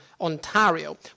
Ontario